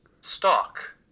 Stock